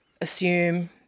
assume